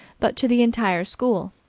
but to the entire school,